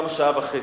למה שעה וחצי,